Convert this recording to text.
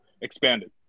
expanded